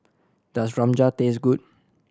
does Rajma taste good